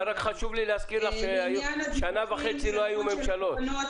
ורק חשוב לי להזכיר לך שבמשך שנה וחצי לא היו ממשלות.